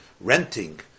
renting